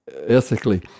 ethically